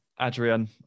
Adrian